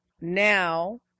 now